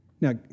Now